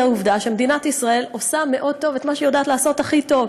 העובדה שמדינת ישראל עושה מאוד טוב את מה שהיא יודעת לעשות הכי טוב,